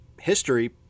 history